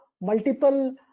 multiple